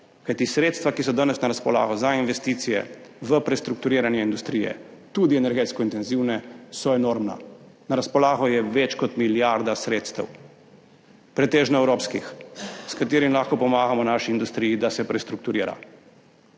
kajti sredstva, ki so danes na razpolago za investicije v prestrukturiranje industrije, tudi energetsko intenzivne, so enormna. Na razpolago je več kot milijarda sredstev, pretežno evropskih, s katerimi lahko pomagamo naši industriji, da se prestrukturira